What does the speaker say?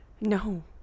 No